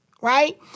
right